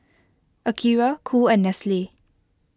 Akira Cool and Nestle